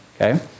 Okay